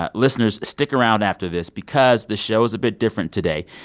ah listeners, stick around after this because the show is a bit different today.